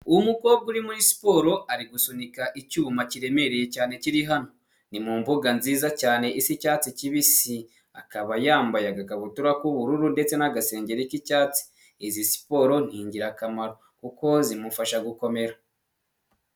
Uwo mukobwa uri muri siporo ari gusunika icyuma kiremereye cyane kiri hano, ni mu mbuga nziza cyane isa icyatsi kibisi, akaba yambaye agakabutura k'ubururu ndetse n'agasengengero k'icyatsi, izi siporo ni ingirakamaro kuko zimufasha gukomera.